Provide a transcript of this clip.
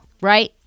right